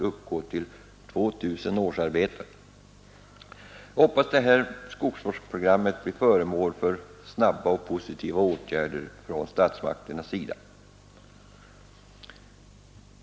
Jag hoppas detta skogsvårdsprogram blir föremål för snabba och positiva åtgärder från statsmakternas sida.